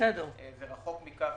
ורחוק מכך,